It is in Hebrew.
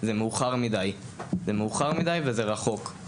זה מאוחר מדי, וזה רחוק.